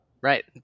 Right